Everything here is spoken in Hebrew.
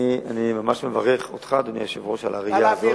אני ממש מברך אותך, היושב-ראש, על הראייה הזאת.